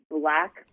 Black